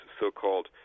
so-called